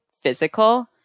physical